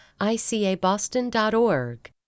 ICABoston.org